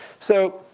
so